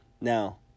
Now